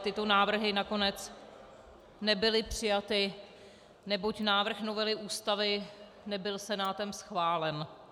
Tyto návrhy ale nakonec nebyly přijaty, neboť návrh novely Ústavy nebyl Senátem schválen.